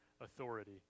authority